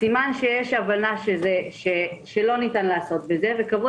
סימן שיש הבנה שלא ניתן לעשות בזה וקבעו